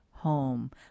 home